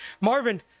Marvin